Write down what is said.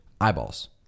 Eyeballs